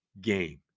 game